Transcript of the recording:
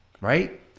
right